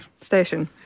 station